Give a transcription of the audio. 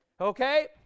Okay